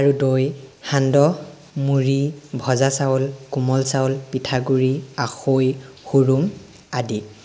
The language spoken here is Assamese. আৰু দৈ সান্দহ মুড়ি ভজা চাউল কোমল চাউল পিঠাগুড়ি আখৈ হুৰুম আদি